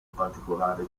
particolare